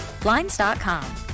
Blinds.com